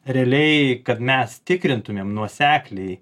realiai kad mes tikrintumėm nuosekliai